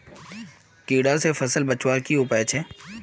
कीड़ा से फसल बचवार की उपाय छे?